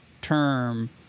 term